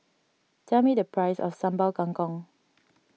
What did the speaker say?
tell me the price of Sambal Kangkong